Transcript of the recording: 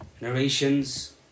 Narrations